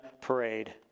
parade